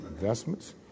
investments